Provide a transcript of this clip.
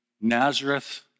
Nazareth